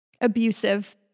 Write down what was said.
abusive